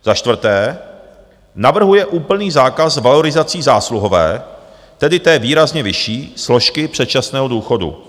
Za čtvrté navrhuje úplný zákaz valorizací zásluhové, tedy té výrazně vyšší složky předčasného důchodu.